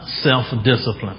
self-discipline